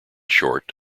short